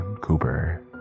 Cooper